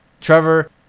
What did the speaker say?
Trevor